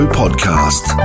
podcast